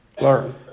learn